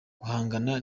guhangana